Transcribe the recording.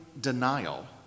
denial